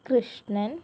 Krishnan